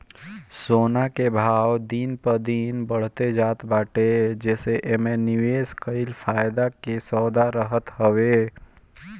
सोना कअ भाव दिन प दिन बढ़ते जात बाटे जेसे एमे निवेश कईल फायदा कअ सौदा रहत हवे